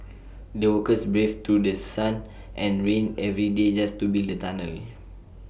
the workers braved through The Sun and rain every day just to build the tunnel